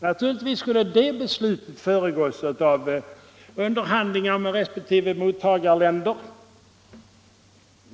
naturligtvis ha föregåtts av underhandlingar med resp. mottagarländer.